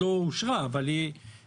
לא אני קבעתי את המבנים חוקי או לא,